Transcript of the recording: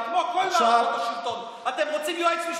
כיוון שאתה רואה כאן רק את הדוגמאות ההפוכות.